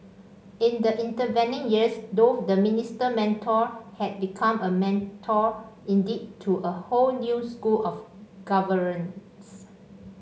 in the intervening years though the Minister Mentor had become a mentor indeed to a whole new school of governance